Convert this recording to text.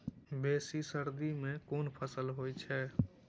बेसी सर्दी मे केँ फसल होइ छै?